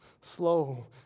slow